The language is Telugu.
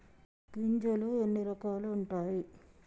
గింజలు ఎన్ని రకాలు ఉంటాయి?